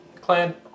Clan